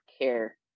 care